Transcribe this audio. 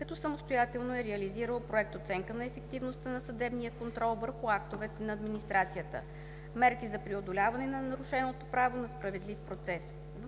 като самостоятелно е реализирал проект „Оценка на ефективността на съдебния контрол върху актовете на администрацията. Мерки за преодоляване на нарушеното право на справедлив процес“.